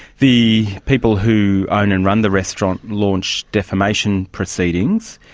the people who own and run the restaurant launched defamation proceedings.